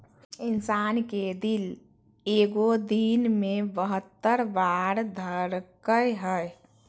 इंसान के दिल एगो दिन मे बहत्तर बार धरकय हइ